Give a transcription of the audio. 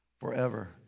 forever